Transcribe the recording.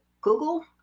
Google